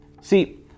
See